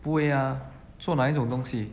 不会 ah 做哪一种东西